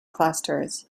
clusters